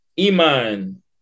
Iman